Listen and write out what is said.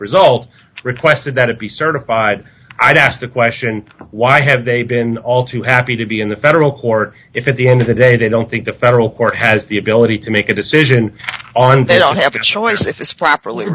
result requested that it be certified i've asked the question why have they been all too happy to be in the federal court if at the end of the day they don't think the federal court has the ability to make a decision on they don't have a choice if it's properly